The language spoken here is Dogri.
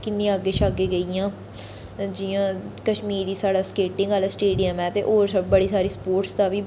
किन्नियां अग्गें शा अग्गें गेइयां जियां कश्मीरी साढ़ा स्केटिंग आह्ला स्टेडियम ऐ ते होर बड़ी सारी स्पोर्टस दा बी